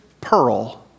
Pearl